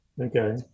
Okay